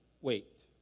Wait